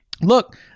look